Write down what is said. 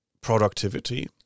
Productivity